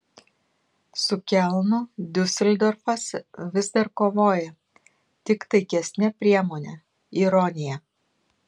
su kelnu diuseldorfas vis dar kovoja tik taikesne priemone ironija